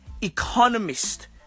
economist